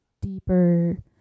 deeper